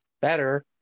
better